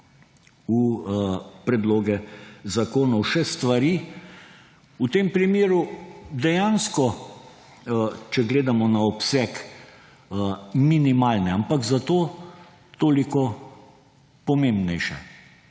v predloge zakonov še stvari. V tem primeru dejansko, če gledamo na obseg, minimalne, ampak zato toliko pomembnejše.